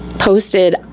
Posted